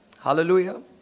Hallelujah